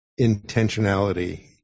intentionality